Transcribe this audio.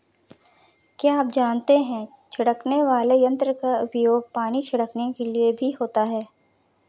क्या आप जानते है छिड़कने वाले यंत्र का उपयोग पानी छिड़कने के लिए भी होता है?